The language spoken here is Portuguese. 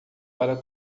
para